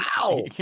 wow